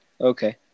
okay